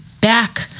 back